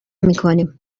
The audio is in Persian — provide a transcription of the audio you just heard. میکنیم